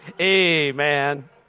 amen